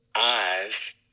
eyes